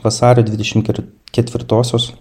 vasario dvidešim ker ketvirtosios